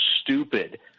stupid